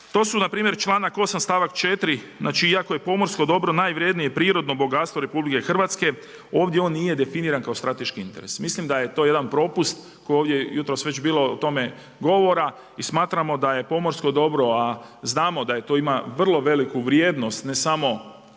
to su npr. članak 8. stavak 4. znači iako je pomorsko dobro najvrijednije prirodno bogatstvo RH, ovdje on nije definiran kao strateški interes. Mislim da je to jedan propust koji je ovdje, jutros je već bilo o tome govora i smatramo da je pomorsko dobro a znamo da je to, ima vrlo veliku vrijednost, ne samo